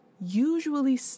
usually